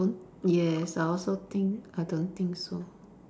don't yes I also think I don't think so